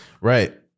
Right